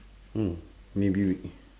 hmm maybe we